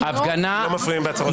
לא מפריעים בהצהרות פתיחה.